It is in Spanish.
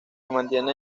mantiene